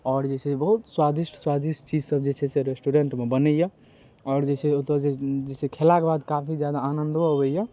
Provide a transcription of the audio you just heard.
आओर जे छै बहुत स्वादिष्ट स्वादिष्ट चीजसब जे छै से रेस्टोरेन्टमे बनैए आओर जे छै ओतऽ जे छै खेलाके बाद काफी जादा आनन्दो अबैए